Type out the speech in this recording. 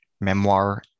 memoir